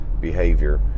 behavior